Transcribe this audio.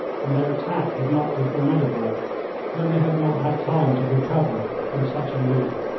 and their attack would not be formidable when they had not had time to recover from such a leap.